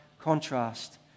contrast